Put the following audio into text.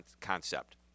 concept